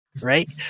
right